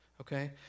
Okay